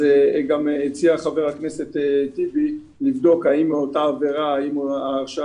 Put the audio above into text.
הציע חבר הכנסת טיבי לבדוק האם ההרעה